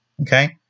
Okay